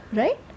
right